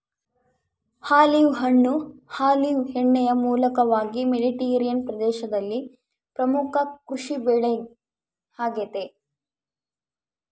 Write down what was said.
olive ಹಣ್ಣು olive ಎಣ್ಣೆಯ ಮೂಲವಾಗಿ ಮೆಡಿಟರೇನಿಯನ್ ಪ್ರದೇಶದಲ್ಲಿ ಪ್ರಮುಖ ಕೃಷಿಬೆಳೆ ಆಗೆತೆ